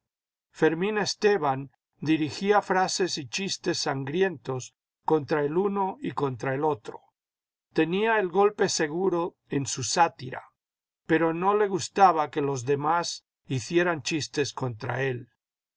fermín esteban dirigía frases y chistes sangrientos contra el uno y contra el otro tenía el golpe seguro en su sátira pero no le gustaba que los demás hicieran chistes contra él